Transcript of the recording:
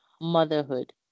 motherhood